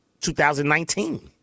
2019